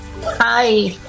Hi